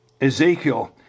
Ezekiel